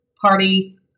party